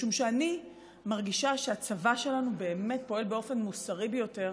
משום שאני מרגישה שהצבא שלנו באמת פועל באופן מוסרי ביותר.